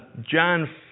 John